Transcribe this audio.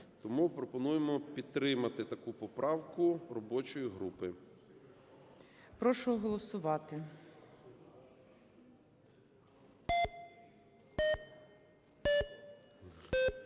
Тому пропонуємо підтримати таку поправку робочої групи. ГОЛОВУЮЧИЙ. Прошу голосувати.